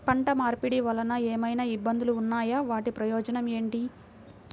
పంట మార్పిడి వలన ఏమయినా ఇబ్బందులు ఉన్నాయా వాటి ప్రయోజనం ఏంటి?